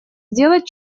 сделать